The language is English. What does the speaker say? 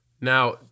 Now